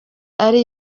ari